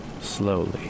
slowly